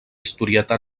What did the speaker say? historieta